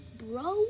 bro